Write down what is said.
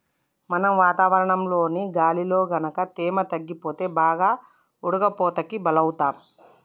మనం వాతావరణంలోని గాలిలో గనుక తేమ తగ్గిపోతే బాగా ఉడకపోతకి బలౌతాం